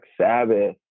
Sabbath